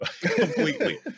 completely